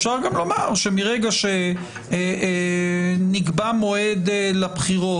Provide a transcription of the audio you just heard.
אפשר גם לומר שמרגע שנקבע מועד לבחירות,